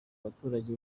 abaturage